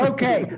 Okay